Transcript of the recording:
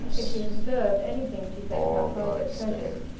if she had reserved any thing, she said, of her private treasures,